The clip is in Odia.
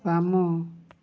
ବାମ